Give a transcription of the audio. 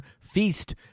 Feast